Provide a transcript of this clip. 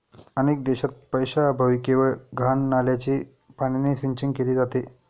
अनेक देशांत पैशाअभावी केवळ घाण नाल्याच्या पाण्याने सिंचन केले जाते